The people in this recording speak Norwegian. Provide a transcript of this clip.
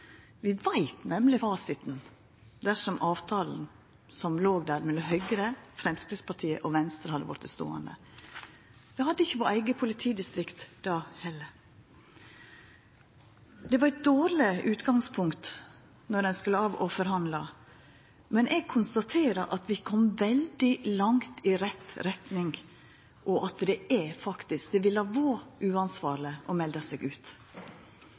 Vi veit nemleg fasiten dersom avtalen som låg der mellom Høgre, Framstegspartiet og Venstre, hadde vorte ståande. Det hadde ikkje vore eit eige politidistrikt då heller. Det var eit dårleg utgangspunkt når ein skulle forhandla, men eg konstaterer at vi kom veldig langt i rett retning, og at det ville ha vore uansvarleg å melda seg ut.